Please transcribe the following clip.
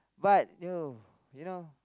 but oh you know